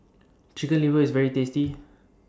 Chicken Liver IS very tasty